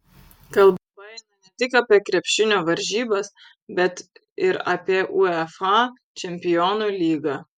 kalba eina ne tik apie krepšinio varžybas bet ir apie uefa čempionų lygą